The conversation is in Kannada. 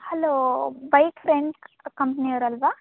hello bike rent ಕಂಪನಿಯವರಲ್ವಾ